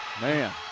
man